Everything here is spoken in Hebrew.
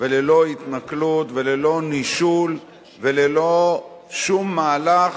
וללא התנכלות וללא נישול וללא שום מהלך